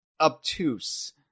obtuse